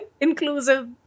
inclusive